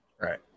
right